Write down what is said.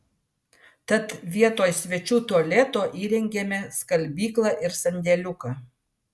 tad vietoj svečių tualeto įrengėme skalbyklą ir sandėliuką